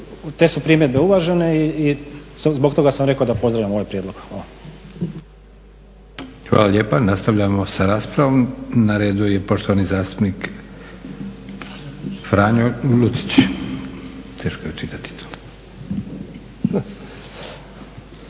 te su primjedbe uvažene i zbog toga sam rekao da pozdravljam ovaj prijedlog. Hvala. **Leko, Josip (SDP)** Hvala lijepa. Nastavljamo sa raspravom. Na redu je poštovani zastupnik Franjo Lucić. **Lucić, Franjo